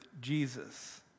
Jesus